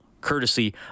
courtesy